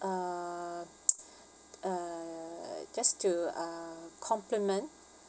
uh uh just to uh compliment